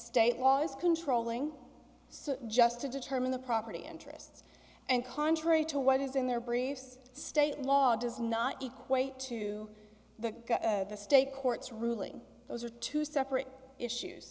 state laws controlling so just to determine the property interests and contrary to what is in their briefs state law does not equate to the state court's ruling those are two separate issues